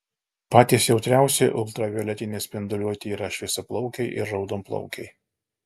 patys jautriausi ultravioletinei spinduliuotei yra šviesiaplaukiai ir raudonplaukiai